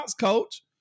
coach